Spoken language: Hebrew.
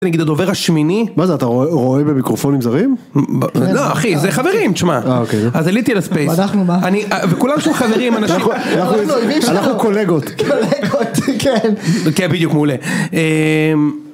נגיד הדובר השמיני, מה זה אתה רועה במיקרופונים זרים? לא אחי זה חברים תשמע, אה אוקיי, אז עליתי על הספייס, אנחנו מה, אנחנו קולגות, קולגות... כן בדיוק מעולה.